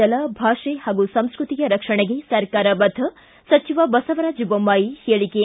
ಜಲ ಭಾಷೆ ಹಾಗೂ ಸಂಸ್ಕೃತಿಯ ರಕ್ಷಣೆಗೆ ಸರ್ಕಾರ ಬದ್ದ ಸಚಿವ ಬಸವರಾಜ್ ಬೊಮ್ಮಮಿ ಹೇಳಿಕೆ